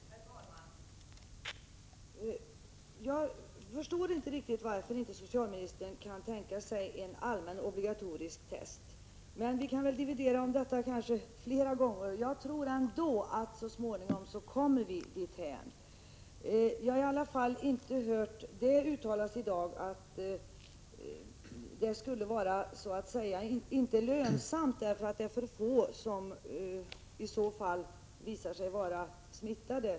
Herr talman! Jag förstår inte varför socialministern inte kan tänka sig en allmän, obligatorisk testning. Vi kan dividera om detta en annan gång, men jag tror ändå att vi så småningom kommer dithän. Jag har inte i dag hört något uttalande om att det inte skulle vara ”lönsamt” därför att det är för få som visar sig vara smittade.